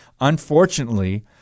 unfortunately